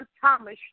Thomas